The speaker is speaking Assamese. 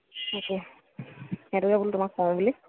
তাকে সেইটোকে বোলো তোমাক কওঁ বুলি